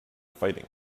fighting